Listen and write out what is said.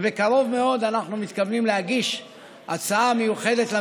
ובקרוב מאוד אנחנו מתכוונים להגיש הצעה מיוחדת לממשלה.